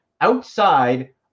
Outside